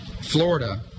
Florida